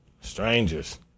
Strangers